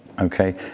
okay